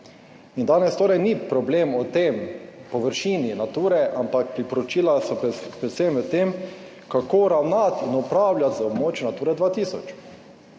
In danes torej ni problem v tem, površini Nature, ampak priporočila so predvsem v tem, kako ravnati in upravljati z območjem Natura 2000.